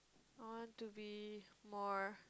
I want to be more